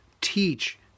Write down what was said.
Teach